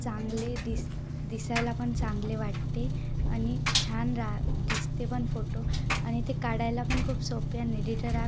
चांगले दिस् दिसायलापन चांगले वाटते अनि छान राह दिसतेपन फोटो आनि ते काडायलापन खूप सोपे अन् एडिटर ॲप